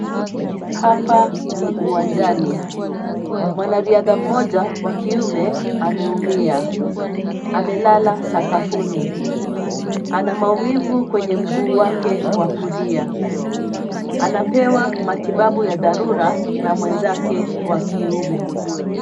Hapa, ni uwanjani, mwanariadha mmoja wa kiume, ameumia, amelala sakafuni, ana maumivu kwenye mguu wake wa kulia, anapewa matibabu ya dharura, na mwenzake wa kiume.